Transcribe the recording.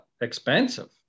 expensive